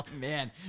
man